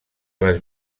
les